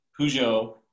Peugeot